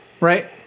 right